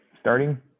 starting